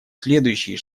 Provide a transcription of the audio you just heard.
следующие